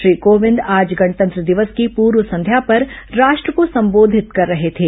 श्री कोविंद आज गणतंत्र दिवस की पूर्व संध्या पर राष्ट्र को संबोधित कर रहे थे